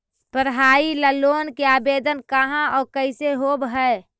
पढाई ल लोन के आवेदन कहा औ कैसे होब है?